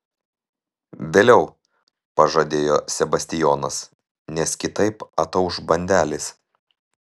vėliau pažadėjo sebastijonas nes kitaip atauš bandelės